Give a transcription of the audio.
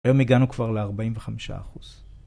היום הגענו כבר לארבעים וחמישה אחוז.